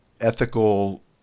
ethical